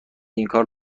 اینکار